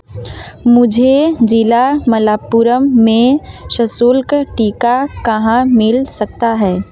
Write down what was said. मुझे जिला मलाप्पुरम में सशुल्क टीका कहाँ मिल सकता है